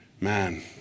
man